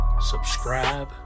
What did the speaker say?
subscribe